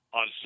on